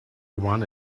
one